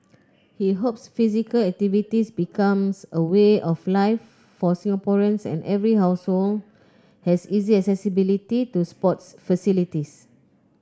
he hopes physical activity becomes a way of life for Singaporeans and every household has easy accessibility to sports facilities